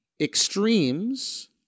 extremes